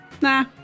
Nah